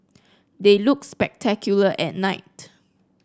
they look spectacular at night